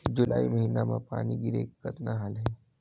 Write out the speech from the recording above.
जुलाई महीना म पानी गिरे के कतना हाल हे?